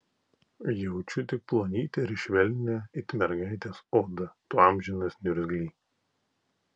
jaučiu tik plonytę ir švelnią it mergaitės odą tu amžinas niurgzly